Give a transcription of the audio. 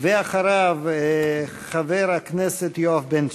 אחריו, חבר הכנסת יואב בן צור.